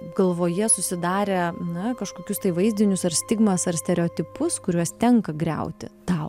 galvoje susidarę na kažkokius tai vaizdinius ar stigmas ar stereotipus kuriuos tenka griauti tau